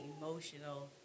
emotional